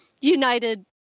united